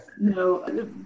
No